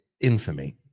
infamy